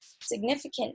significant